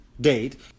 date